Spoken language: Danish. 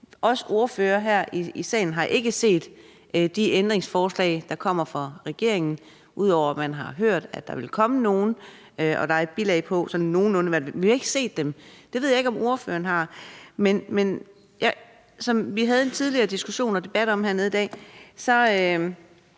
Vi ordførere her i salen har ikke set de ændringsforslag, der kommer fra regeringen; vi har hørt, at der vil komme nogle, og der er et bilag, der nogenlunde viser det, men vi har ikke set dem. Det ved jeg ikke om ordføreren har. Men som vi tidligere var inde på i en debat hernede i dag, havde